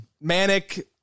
manic